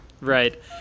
Right